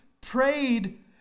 prayed